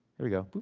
here we go, boop,